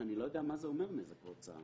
שאני לא יודע מה זה אומר נזק או הוצאה.